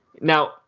Now